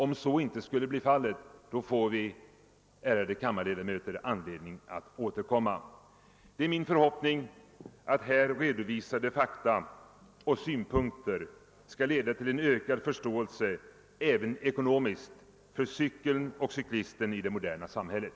Om så inte skulle bli fallet får vi, ärade kammarledamöter, anledning att återkomma. Det är min förhoppning att här redovisade fakta och synpunkter skall leda till en ökad förståelse — även ekonomiskt — för cykeln och cyklisten i det moderna samhället.